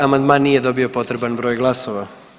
Amandman nije dobio potreban broj glasova.